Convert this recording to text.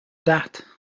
that